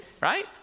right